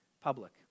public